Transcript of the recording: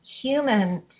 human